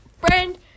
Friend